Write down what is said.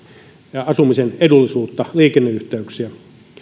ja asumisen edullisuutta liikenneyhteyksiä